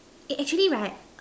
eh actually right